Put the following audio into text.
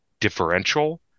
differential